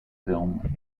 film